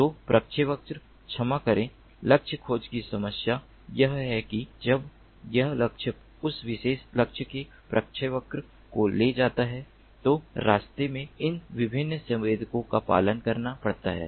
तो प्रक्षेपवक्र क्षमा करें लक्ष्य खोज की समस्या यह है कि जब यह लक्ष्य उस विशेष लक्ष्य के प्रक्षेपवक्र को ले जाता है तो रास्ते में इन विभिन्न संवेदकों का पालन करना पड़ता है